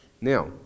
Now